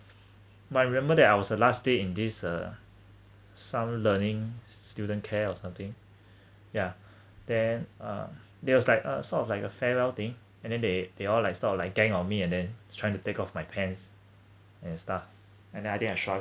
but remember that I was the last day in this uh some learning student care or something yeah then uh there was like a sort of like a farewell thing and then they they all like sort of like gang on me and then trying to take off my pants and stuff and then I think I shy